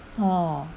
oh